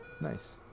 Nice